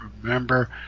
remember